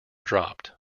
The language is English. dropped